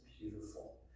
beautiful